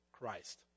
Christ